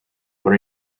what